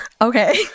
Okay